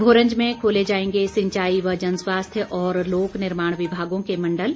भोरंज में खोले जाएंगे सिंचाई व जनस्वास्थ्य और लोक निर्माण विभागों के मंडल